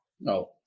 No